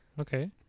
okay